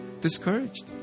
discouraged